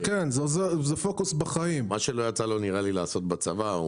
מה שלא יצא לו נראה לי לעשות בצבא.